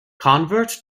convert